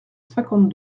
cinquante